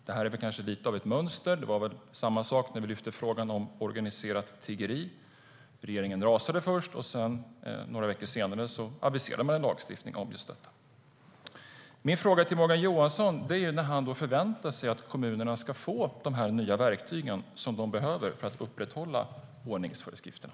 Det här är väl kanske lite av ett mönster; det var samma sak när vi lyfte upp frågan om organiserat tiggeri. Regeringen rasade först, och några veckor senare aviserade man en lagstiftning om just detta. Min fråga till Morgan Johansson är när han förväntar sig att kommunerna ska få de nya verktyg de behöver för att upprätthålla ordningsföreskrifterna.